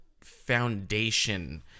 foundation